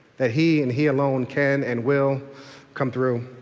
that he and he alone can and will come through.